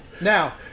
now